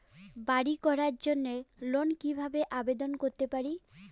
বাড়ি করার জন্য লোন কিভাবে আবেদন করতে পারি?